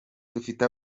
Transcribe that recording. dufite